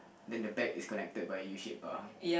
then the back is connected by a U shaped bar